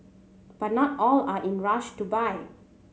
but not all are in rush to buy